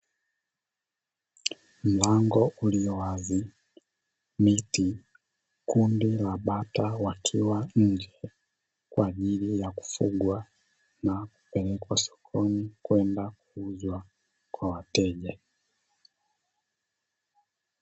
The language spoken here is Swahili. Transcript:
Mlango ulio wazi miti kundi la bata, wakiwa nje kwa ajili ya kufugwa na kwa ajili ya kupelekwa sokoni kwenda kuuzwa kwa wateja.